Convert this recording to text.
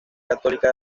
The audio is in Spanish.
católica